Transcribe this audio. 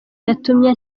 yatumye